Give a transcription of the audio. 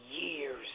years